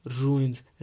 ruins